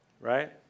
right